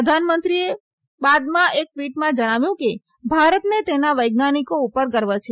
પ્રધાનમંત્રીએ બાદમાં એક ટવીટમાં કહયું કે ભારતને તેના વૈજ્ઞાનિકો પર ગર્વ છે